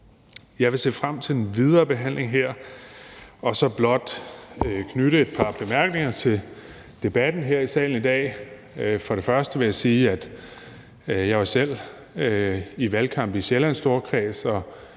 Jeg vil se frem til den videre behandling her og så blot knytte et par bemærkninger til debatten her i salen i dag. Først vil jeg sige, at jeg jo selv var i valgkamp i Sjællands Storkreds,